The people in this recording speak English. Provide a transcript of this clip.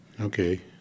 Okay